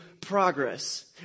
progress